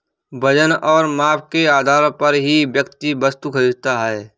वजन और माप के आधार पर ही व्यक्ति वस्तु खरीदता है